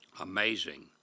Amazing